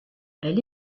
elle